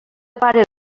pare